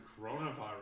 coronavirus